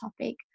topic